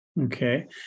Okay